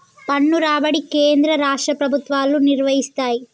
పన్ను రాబడి కేంద్ర రాష్ట్ర ప్రభుత్వాలు నిర్వయిస్తయ్